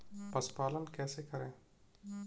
पशुपालन कैसे करें?